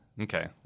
okay